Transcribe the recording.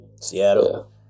Seattle